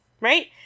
right